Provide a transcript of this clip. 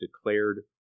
declared